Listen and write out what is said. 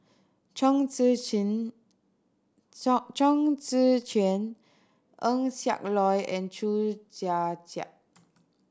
Chong Tze Chien Chong Tze Chien Eng Siak Loy and Chew Joo Chiat